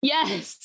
Yes